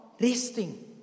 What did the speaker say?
resting